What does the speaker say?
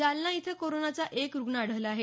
जालना इथं कोरोनाचा एक रुग्ण आढळला आहे